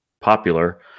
popular